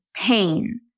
pain